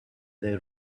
they